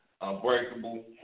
unbreakable